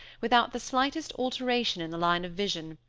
without the slightest alteration in the line of vision,